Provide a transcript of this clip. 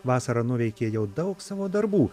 vasara nuveikė jau daug savo darbų